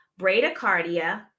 bradycardia